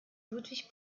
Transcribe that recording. ludwig